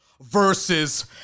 versus